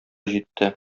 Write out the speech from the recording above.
җитте